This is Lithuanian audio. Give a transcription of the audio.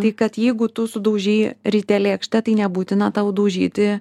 tai kad jeigu tu sudaužei ryte lėkštę tai nebūtina tau daužyti